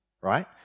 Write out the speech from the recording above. right